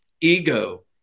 ego